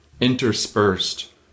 interspersed